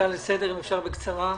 אם אפשר בקצרה.